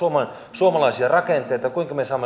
suomalaisia rakenteita kuinka me saamme